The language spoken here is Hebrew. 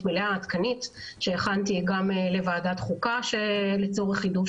מלאה עדכנית שהכנתי גם לוועדת חוקה לצורך חידוש